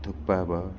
थुक्पा भयो